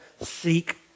seek